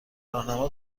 راهنما